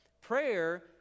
Prayer